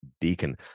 deacon